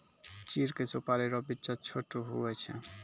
चीड़ के सुपाड़ी रो बिच्चा छोट हुवै छै